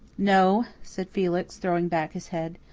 no, said felix, throwing back his head.